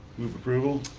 move approval.